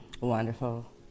Wonderful